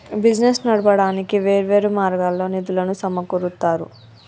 business నడపడానికి వేర్వేరు మార్గాల్లో నిధులను సమకూరుత్తారు